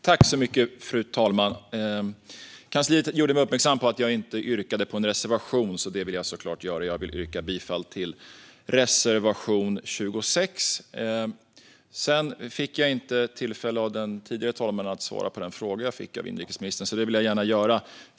Fru talman! Kansliet gjorde mig uppmärksam på att jag inte yrkade bifall till en reservation, vilket jag självklart vill göra. Jag yrkar bifall till reservation 26. Av den tidigare sittande talmannen fick jag inte heller tillfälle att svara på den fråga jag fick av inrikesministern, så det vill jag gärna göra.